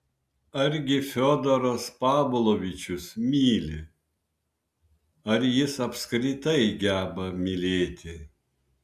argi fiodoras pavlovičius myli ar jis apskritai geba mylėti